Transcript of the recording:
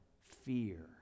fear